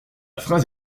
phrase